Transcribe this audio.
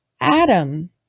Adam